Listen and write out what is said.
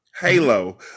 Halo